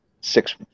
six